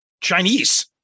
Chinese